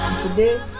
Today